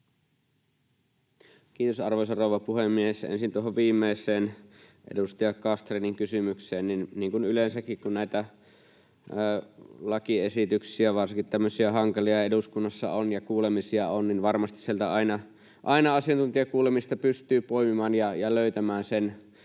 Kiitos, arvoisa rouva puhemies! Ensin tuohon viimeiseen edustaja Castrénin kysymykseen. Niin kuin yleensäkin, kun näitä lakiesityksiä, varsinkin tämmöisiä hankalia, ja kuulemisia eduskunnassa on, niin varmasti sieltä asiantuntijakuulemisista pystyy poimimaan ja löytämään aina